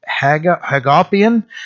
Hagopian